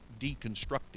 deconstructing